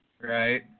Right